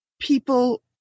people